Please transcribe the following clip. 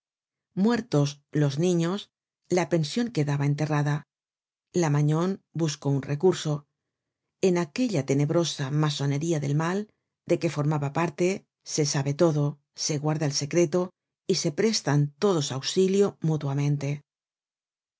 muertos los niños la pension quedaba enterrada la magnon buscó un recurso en aquella tenebrosa masonería del mal de que formaba parte se sabe todo se guarda el secreto y se prestan todos auxilio mutuamente